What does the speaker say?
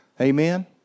Amen